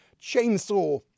chainsaw